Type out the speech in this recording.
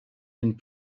d’une